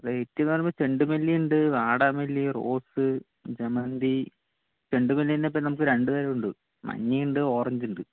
ലൈറ്റെന്ന് പറയുമ്പോൾ ചെണ്ടുമല്ലിയുണ്ട് വാടാമല്ലി റോസ് ജമന്തി ചെണ്ടുമല്ലിതന്നെ ഇപ്പോൾ നമുക്ക് രണ്ട് തരം ഉണ്ട് മഞ്ഞയുണ്ട് ഓറഞ്ചുമുണ്ട്